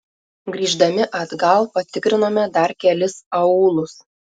grįždami atgal patikrinome dar kelis aūlus